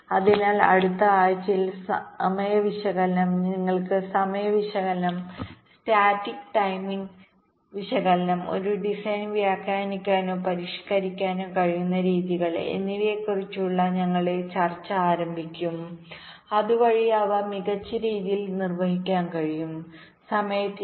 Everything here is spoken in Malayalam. അതിനാൽ അടുത്ത ആഴ്ചയിൽ സമയ വിശകലനം നിങ്ങൾക്ക് സമയ വിശകലനം സ്റ്റാറ്റിക് ടൈമിംഗ്വിശകലനം ഒരു ഡിസൈൻ വ്യാഖ്യാനിക്കാനോ പരിഷ്ക്കരിക്കാനോ കഴിയുന്ന രീതികൾ എന്നിവയെ കുറിച്ചുള്ള ഞങ്ങളുടെ ചർച്ച ആരംഭിക്കും അതുവഴി അവ മികച്ച രീതിയിൽ നിർവഹിക്കാൻ കഴിയും സമയത്തിന്റെ